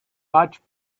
much